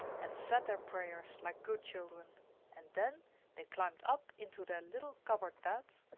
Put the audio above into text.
and said their prayers like good children and then they climbed up into their little cupboard bed,